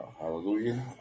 Hallelujah